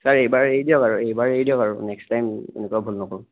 sir এইবাৰ এৰি দিয়ক আৰু এইবাৰ এৰি দিয়ক আৰু নেক্সট টাইম এনেকুৱা ভুল নকৰো